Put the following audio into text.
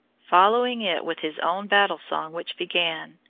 following it with his own battle-song, which began,